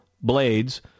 blades